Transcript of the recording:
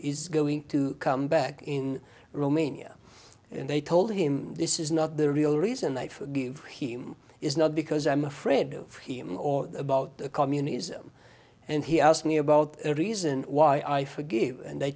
is going to come back in romania and they told him this is not the real reason i forgive him it's not because i'm afraid of him or about communism and he asked me about the reason why i forgive and they